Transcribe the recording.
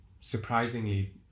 surprisingly